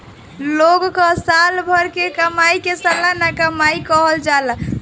लोग कअ साल भर के कमाई के सलाना कमाई कहल जाला